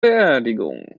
beerdigung